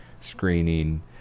screening